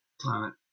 climate